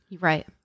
Right